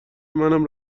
منم